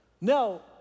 No